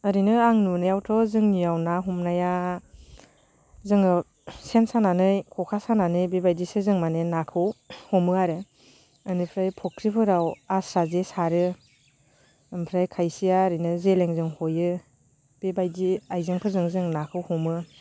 ओरैनो आं नुनायावथ' जोंनियाव ना हमनाया जोङो सेन सानानै ख'खा सानानै बेबायदिसो जों माने नाखौ हमो आरो बेनिफ्राय फुख्रिफोराव आस्रा जे सारो ओमफ्राय खायसेया ओरैनो जेलेंजो हयो बेबायदि आयजेंफोरजों जों नाखौ हमो